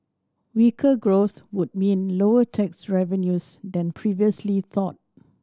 weaker growth would mean lower tax revenues than previously thought